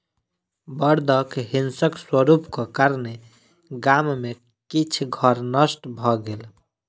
बड़दक हिंसक स्वरूपक कारणेँ गाम में किछ घर नष्ट भ गेल